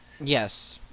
Yes